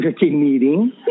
meeting